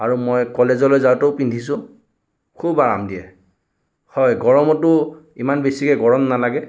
আৰু মই কলেজলৈ যাওঁতেও পিন্ধিছোঁ খুব আৰাম দিয়ে হয় গৰমতো ইমান বেছিকৈ গৰম নালাগে